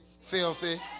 filthy